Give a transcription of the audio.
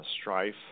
strife